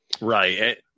Right